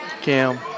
Cam